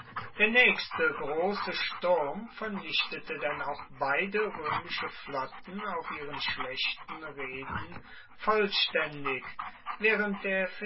der naechste grosse sturm vernichtete denn auch beide roemische flotten auf ihren schlechten reeden vollstaendig waehrend der